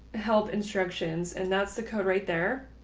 help instructions. and that's the code right there.